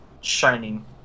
shining